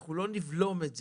אנחנו לא נבלום את זה.